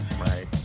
Right